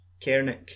Kernick